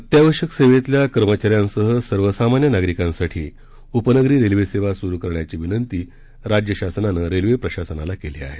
अत्यावश्यक सेवेतल्या कर्मचाऱ्यांसह सर्वसामान्य नागरिकांसाठी उपनगरी रेल्वे सेवा सुरू करण्याची विनंती राज्य शासनानं रेल्वे प्रशासनाला केली आहे